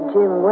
Jim